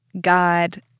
God